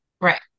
Right